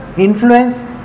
influence